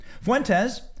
Fuentes